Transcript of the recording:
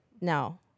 no